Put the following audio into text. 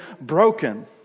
broken